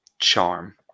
charm